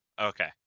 Okay